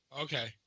Okay